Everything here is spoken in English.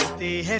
the